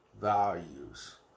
values